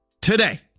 today